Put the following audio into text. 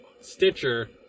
Stitcher